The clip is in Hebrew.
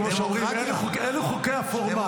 חבר הכנסת קריב, כמו שאומרים, אלו חוקי הפורמט.